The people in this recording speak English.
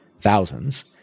thousands